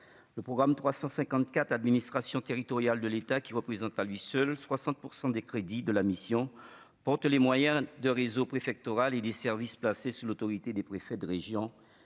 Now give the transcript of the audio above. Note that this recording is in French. le programme 354 administration territoriale de l'État, qui représente à lui seul 60 % des crédits de la mission pour tous les moyens de réseau préfectoral et des services placés sous l'autorité des préfets de région